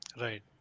right